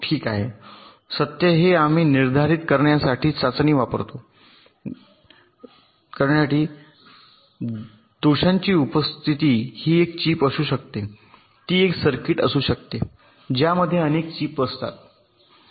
ठीक आहे सत्य हे आम्ही निर्धारित करण्यासाठी चाचणी वापरतो दोषांची उपस्थिती ही एक चिप असू शकते ती एक सर्किट असू शकते ज्यामध्ये अनेक चीप असतात